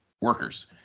workers